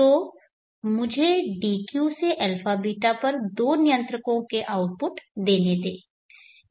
तो मुझे dq से αβ पर दो नियंत्रकों के आउटपुट देने दें